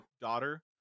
daughter